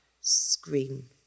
scream